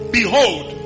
behold